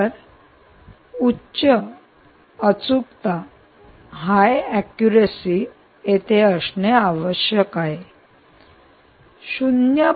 तर उच्च अचूकता तेथे असणे आवश्यक आहे 0